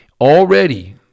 Already